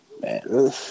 man